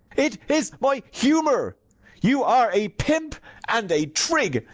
it is my humour you are a pimp and a trig,